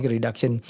reduction